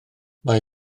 mae